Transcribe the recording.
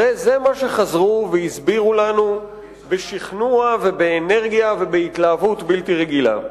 הרי זה מה שחזרו והסבירו לנו בשכנוע ובאנרגיה ובהתלהבות בלתי רגילה.